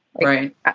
Right